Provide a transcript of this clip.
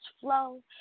flow